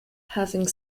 having